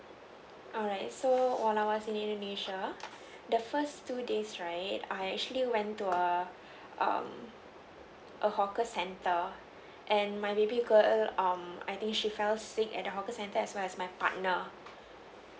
alright so when I was in indonesia the first two days right I actually went to a um a hawker centre and my baby girl um I think she felt sick at the hawker centre as well as my partner